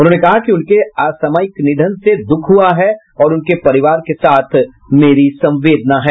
उन्होंने कहा कि उनके असामयिक निधन से दुःख हुआ है और उनके परिवार के साथ मेरी संवेदना है